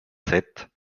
sept